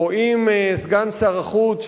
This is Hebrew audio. או אם סגן שר החוץ,